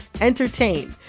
entertain